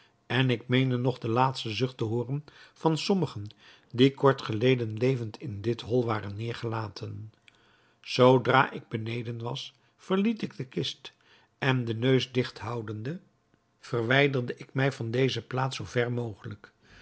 en ik meende nog de laatste zucht te hooren van sommigen die kort geleden levend in dit hol waren neêrgelaten zoodra ik beneden was verliet ik de kist en de neus digt houdende verwijderde ik mij van deze plaats zoo ver mogelijk